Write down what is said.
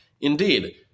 Indeed